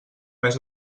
més